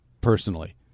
personally